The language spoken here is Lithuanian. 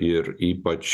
ir ypač